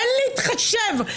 אין להתחשב.